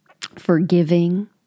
forgiving